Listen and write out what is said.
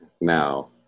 now